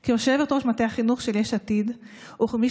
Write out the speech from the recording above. או סטודנטים שלומדים בישראל ומחוץ